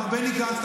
מר בני גנץ.